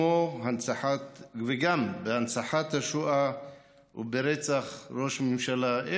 וגם בהנצחת השואה וברצח ראש ממשלה.